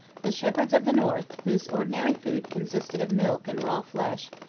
the shepherds of the north, whose ordinary food consisted of milk and raw flesh,